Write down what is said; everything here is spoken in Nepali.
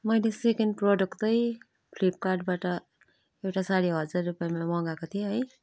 मैले सेकेन्ड प्रडक्ट चाहिँ फ्लिपकार्टबाट एउटा सारी हजार रुपियाँमा मगाएको थिएँ है